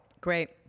Great